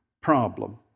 problem